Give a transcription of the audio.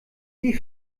sie